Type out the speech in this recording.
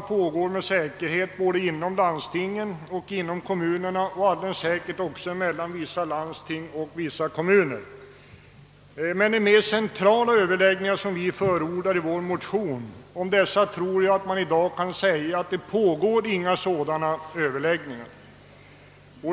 pågår. Med säkerhet pågår de både inom landstingen och kommunerna och alldeles säkert också mellan vissa landsting och vissa kommuner. Men jag tror jag kan säga, att det i dag inte pågår några sådana centrala överläggningar som vi förordar i vår motion.